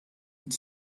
its